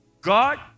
God